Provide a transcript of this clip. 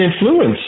influence